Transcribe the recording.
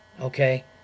okay